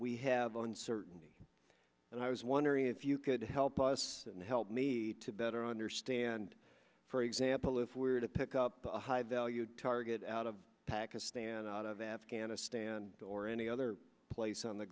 we have uncertainty and i was wondering if you could help us and help me to better understand for example if we were to pick up a high value target out of pakistan out of afghanistan or any other place on the